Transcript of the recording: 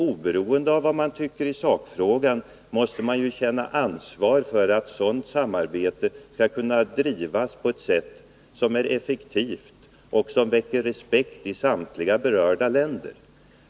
Oberoende av vad man tycker i sakfrågan måste man ju känna ansvar för att ett sådant samarbete skall kunna bedrivas på ett sätt som är effektivt och som väcker respekt i samtliga berörda länder.